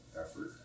effort